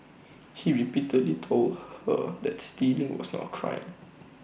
he repeatedly told her that stealing was not A crime